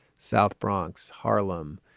south bronx, harlem.